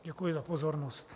Děkuji za pozornost.